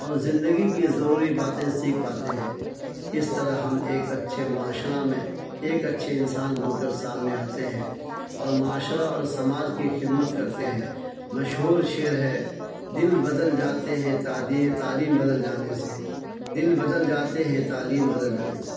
اور زندگی کی ضروری باتیں سیکھ پاتے ہیں اس طرح ہم ایک اچھے معاشرہ میں ایک اچھے انسان بن کر سامنے آتے ہیں اور معاشرہ اور سماج کی خدمت کرتے ہیں مشہور شعر ہے دل بدل جاتے ہیں تعلیم بدل جانے سے دل بدل جاتے ہیں تعلیم بدل جانے سے